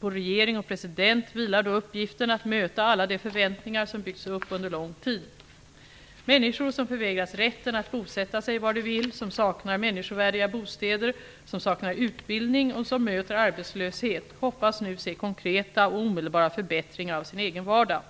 På regering och president vilar då uppgiften att möta alla de förväntningar som byggts upp under lång tid. Människor som förvägrats rätten att bosätta sig var de vill, som saknar människovärdiga bostäder, som saknar utbildning och som möter arbetslöshet hoppas nu se konkreta och omedelbara förbättringar av sin egen vardag.